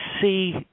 see